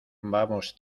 vamos